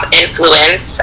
influence